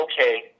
okay